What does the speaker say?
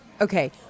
Okay